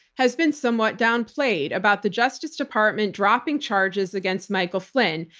has been somewhat downplayed about the justice department dropping charges against michael flynn,